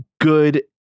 good